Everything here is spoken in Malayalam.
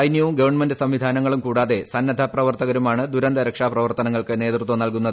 സൈനൃവും ഗവൺമെന്റ് സംവിധാനങ്ങളും കൂടാതെ സന്നദ്ധ പ്രവർത്തകരുമാണ് ദുരന്ത രക്ഷാ പ്രവർത്തനങ്ങൾക്ക് നേതൃത്വം നൽകുന്നത്